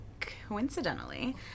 coincidentally